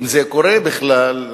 אם זה קורה בכלל,